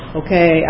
okay